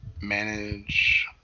Manage